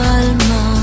alma